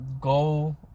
go